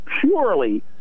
purely